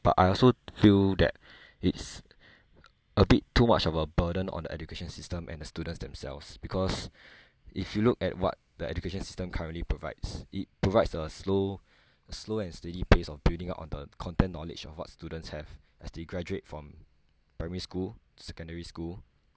but I also feel that it's a bit too much of a burden on the education system and the students themselves because if you look at what the education system currently provides it provides the slow slow and steady pace of building up on the content knowledge of what students have as they graduate from primary school secondary school